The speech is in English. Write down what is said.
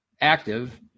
active